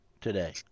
today